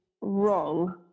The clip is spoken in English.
wrong